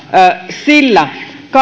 sillä